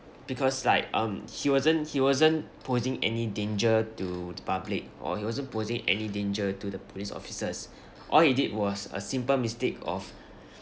because like um he wasn't he wasn't posing any danger to the public or he wasn't posing any danger to the police officers all he did was a simple mistake of